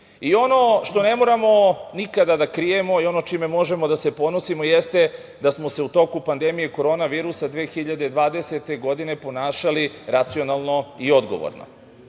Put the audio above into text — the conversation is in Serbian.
Ono što ne moramo nikada da krijemo i ono čime možemo da se ponosimo jeste da smo se u toku pandemije korona virusa 2020. godine ponašali racionalno i odgovorno. Država